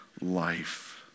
life